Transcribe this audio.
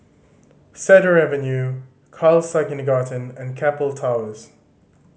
Cedar Avenue Khalsa Kindergarten and Keppel Towers